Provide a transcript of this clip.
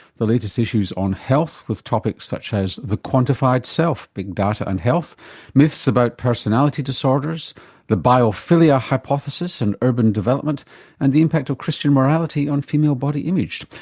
the latest issue is on health, with topics such as the quantified self, big data and health myths about personality disorders the biophilia hypothesis and urban development and the impact of christian morality on female body image.